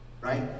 Right